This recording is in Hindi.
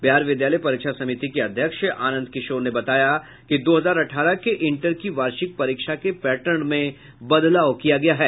बिहार विद्यालय परीक्षा समिति के अध्यक्ष आनंद किशोर ने बताया कि दो हजार अठारह के इंटर की वार्षिक परीक्षा के पैटर्न में बदलाव किया गया है